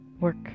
Work